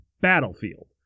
battlefield